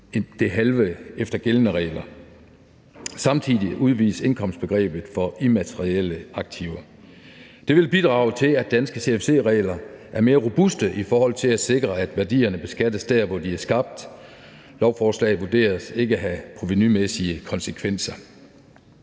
det halve efter gældende regler. Samtidig udvides indkomstbegrebet for immaterielle aktiver. Det vil bidrage til, at danske CFC-regler er mere robuste i forhold til at sikre, at værdierne beskattes der, hvor de er skabt. Lovforslaget vurderes ikke at have provenumæssige konsekvenser.